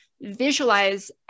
visualize